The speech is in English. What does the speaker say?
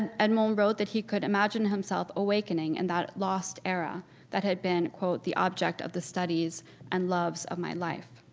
edmond wrote that he could imagine himself awakening in and that lost era that had been, quote, the object of the studies and loves of my life.